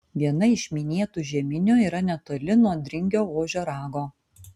viena iš minėtų žeminių yra netoli nuo dringio ožio rago